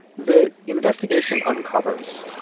the investigation uncovers,